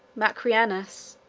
macrianus,